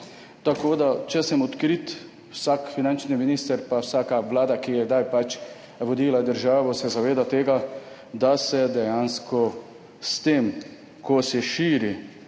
delu. Če sem odkrit, vsak finančni minister pa vsaka vlada, ki je kdaj pač vodila državo, se zaveda tega, da se dejansko s tem, ko se širi